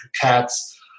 cats